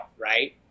right